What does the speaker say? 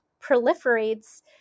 proliferates